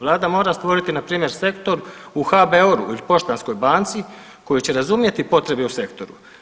Vlada mora stvoriti na primjer sektor u HBOR-u ili Poštanskoj banci koji će razumjeti potrebe u sektoru.